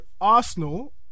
Arsenal